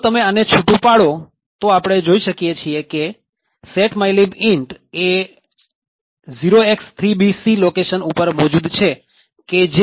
જો તમે આને છુટું પાડો તો આપણે જોઈએ છીએ કે set mylib int એ 0x3BC લોકેશન ઉપર મોજુદ છે કે જે PLTમાં જશે